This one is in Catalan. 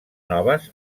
noves